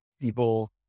people